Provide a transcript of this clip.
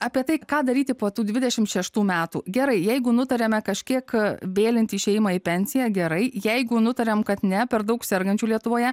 apie tai ką daryti po tų dvidešimt šeštų metų gerai jeigu nutariame kažkiek vėlinti išėjimą į pensiją gerai jeigu nutariame kad ne per daug sergančių lietuvoje